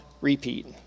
repeat